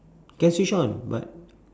can switch on but